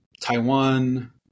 Taiwan